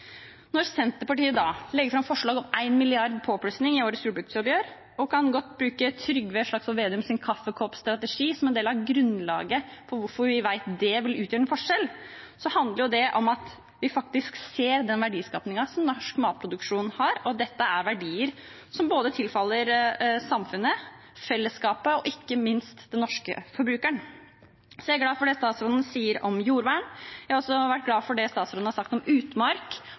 Når Senterpartiet legger fram forslag om 1 mrd. kr i påplussing i årets jordbruksoppgjør – og vi kan godt bruke Trygve Slagsvold Vedums kaffekoppstrategi som en del av grunnlaget for hvorfor vi vet det vil utgjøre en forskjell – handler det om at vi faktisk ser den verdiskapingen som norsk matproduksjon har. Dette er verdier som tilfaller både samfunnet, fellesskapet og ikke minst den norske forbrukeren. Jeg er glad for det statsråden sier om jordvern. Jeg har også vært glad for det statsråden har sagt om bl.a. utmark